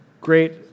great